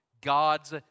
God's